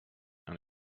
and